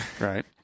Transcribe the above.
right